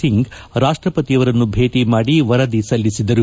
ಸಿಂಗ್ ರಾಷ್ಪಪತಿಯವರನ್ನು ಭೇಟ ಮಾಡಿ ವರದಿ ಸಲ್ಲಿಸಿದರು